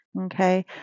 Okay